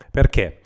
Perché